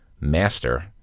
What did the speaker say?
master